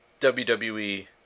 WWE